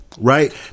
right